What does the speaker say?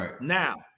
now